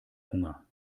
hunger